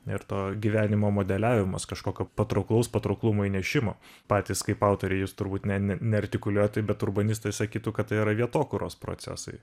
ir to gyvenimo modeliavimas kažkokio patrauklaus patrauklumo įnešimo patys kaip autoriai jūs turbūt ne ne neartikuliuojat tai bet urbanistai sakytų kad tai yra vietokūros procesai